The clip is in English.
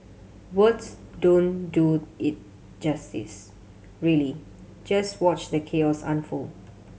words don't do it justice really just watch the chaos unfold